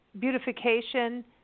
beautification